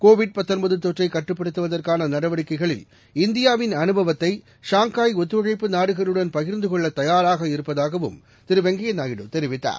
Covid தொற்றைக் கட்டுப்படுத்துவதற்கான நடவடிக்கைகளில் இந்தியாவின் அனுபவத்தை ஷாங்காய் ஒத்துழைப்பு நாடுகளுடன் பகிர்ந்து கொள்ளத் தயாராக இருப்பதாகவும் திரு வெங்கய்ய நாயுடு தெரிவித்தார்